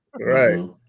right